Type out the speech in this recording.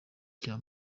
cya